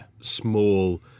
small